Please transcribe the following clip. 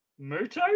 Muto